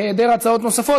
בהיעדר הצעות נוספות,